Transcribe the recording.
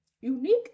Unique